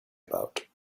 about